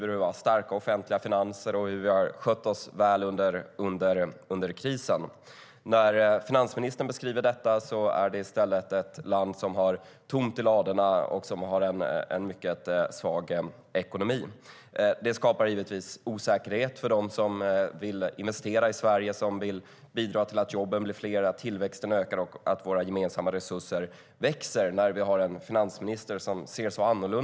Vi har starka offentliga finanser och har skött oss väl under krisen. Finansministern beskriver i stället Sverige som ett land som har tomt i ladorna och en mycket svag ekonomi. Att vi har en finansminister som ser så annorlunda på läget jämfört med övriga bedömare skapar givetvis osäkerhet för dem som vill investera i Sverige och bidra till att jobben blir fler, tillväxten ökar och våra gemensamma resurser växer.